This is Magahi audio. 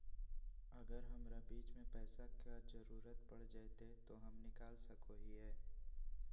अगर हमरा बीच में पैसे का जरूरत पड़ जयते तो हम निकल सको हीये